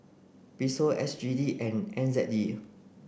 Peso S G D and N Z D